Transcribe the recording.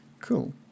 cool